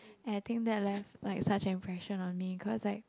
and I think that left like such an impression on me cause like